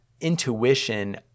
intuition